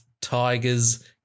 Tigers